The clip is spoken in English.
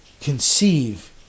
conceive